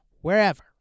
wherever